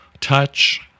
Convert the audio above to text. Touch